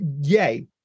yay